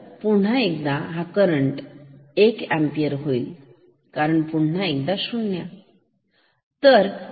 तर पुन्हा एकदा हा करंट 1 एंपियर होईल कारण पुन्हा एकदा 0